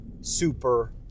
super